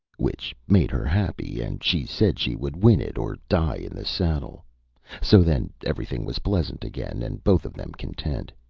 which made her happy, and she said she would win it or die in the saddle so then everything was pleasant again and both of them content.